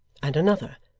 and another,